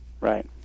Right